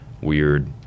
weird